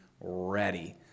ready